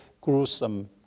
gruesome